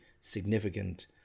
significant